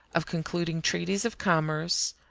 of concluding treaties of commerce,